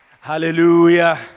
Hallelujah